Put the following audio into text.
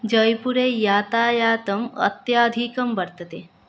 जयपुरे यातायातम् अत्यधिकं वर्तते